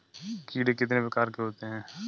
कीड़े कितने प्रकार के होते हैं?